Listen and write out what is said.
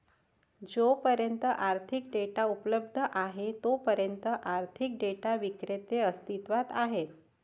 जोपर्यंत आर्थिक डेटा उपलब्ध आहे तोपर्यंत आर्थिक डेटा विक्रेते अस्तित्वात आहेत